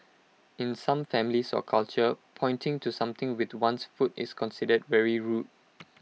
in some families or cultures pointing to something with one's foot is considered very rude